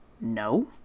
No